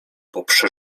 poprze